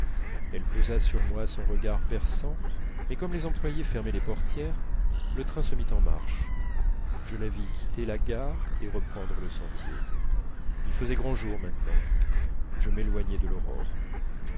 elle posa sur moi son regard perçant mais comme les employés fermaient les portières le train se mit en marche je la vis quitter la gare et reprendre le sentier il faisait grand jour maintenant je m'éloignais de l'aurore